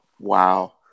wow